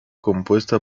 compuesta